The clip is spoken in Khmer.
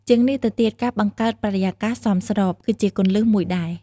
ជាងនេះទៅទៀត ការបង្កើតបរិយាកាសសមស្រប ក៏ជាគន្លឹះមួយដែរ។